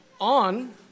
on